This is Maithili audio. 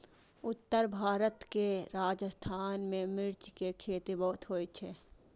उत्तर भारत के राजस्थान मे मिर्च के खेती बहुत होइ छै